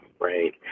right